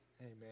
Amen